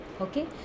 Okay